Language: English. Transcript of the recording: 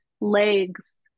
legs